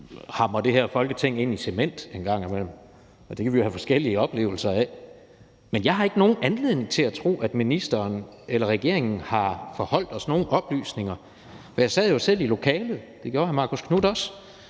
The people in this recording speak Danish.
hamrer det her Folketing ind i cement engang imellem, og det kan vi jo have forskellige oplevelser af. Men jeg har ikke nogen anledning til at tro, at ministeren eller regeringen har forholdt os nogen oplysninger. Jeg sad selv i lokalet, og det gjorde hr. Marcus Knuth også,